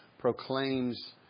proclaims